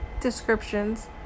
descriptions